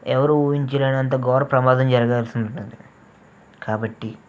ఎవరూ ఊహించలేనంత ఘోర ప్రమాదం జరగాల్సి ఉంటుంది కాబట్టి